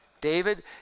David